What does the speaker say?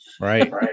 right